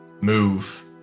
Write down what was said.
move